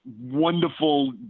wonderful